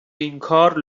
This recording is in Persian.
اینکار